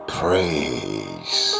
praise